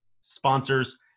sponsors